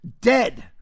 Dead